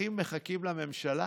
האזרחים מחכים לממשלה.